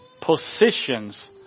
positions